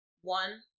one